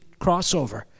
crossover